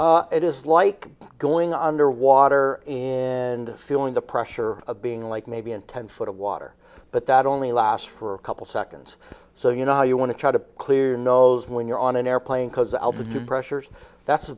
hurt it is like going underwater and feeling the pressure of being like maybe in ten foot of water but that only lasts for a couple seconds so you know you want to try to clear your nose when you're on an airplane because altitude pressures that's